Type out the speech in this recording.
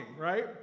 right